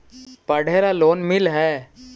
पढ़े ला लोन मिल है?